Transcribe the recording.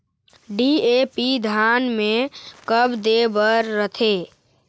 DAP धान मे कब दे बर रथे?